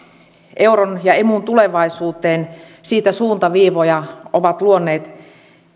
euron ja emun tulevaisuuteen siitä suuntaviivoja ovat luoneet